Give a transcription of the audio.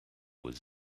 was